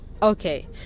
okay